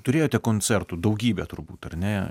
turėjote koncertų daugybę turbūt ar ne